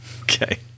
Okay